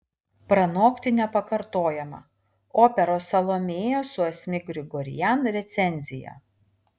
pranokti nepakartojamą operos salomėja su asmik grigorian recenzija